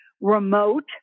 remote